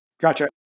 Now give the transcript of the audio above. Gotcha